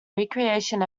recreation